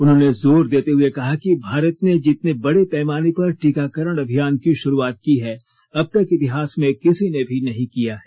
उन्होंने जोर देते हुए कहा कि भारत ने जितने बड़े पैमाने पर टीकाकरण अभियान की शुरुआत की है अब तक इतिहास में किर्सो ने भी नहीं किया है